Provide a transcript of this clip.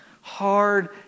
hard